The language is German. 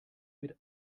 mit